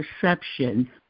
perception